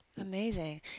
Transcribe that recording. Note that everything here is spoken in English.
Amazing